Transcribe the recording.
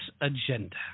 agenda